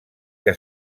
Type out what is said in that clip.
que